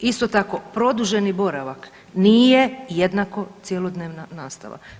Isto tako produženi boravak nije jednako cjelodnevna nastava.